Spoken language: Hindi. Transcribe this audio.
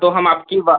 तो हम आपकी वा